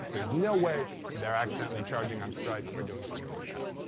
there's no way they're accidentally charging on stripe or doing something like that.